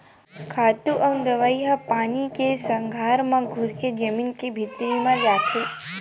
खातू अउ दवई ह पानी के संघरा म घुरके जमीन के भीतरी म जाथे